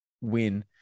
win